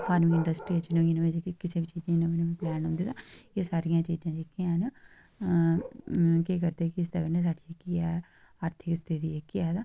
farming industry बिच जेह्ड़ियां नमियां नमियां चीज़ां जेह्के नमें नमें प्लान होंदे तां एह् सारियां चीज़ां हैन ते कह् करदे की ते इस्सै कन्नै साढ़ी जेह्की ऐ ता आर्थिक स्थिति ऐ तां